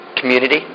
Community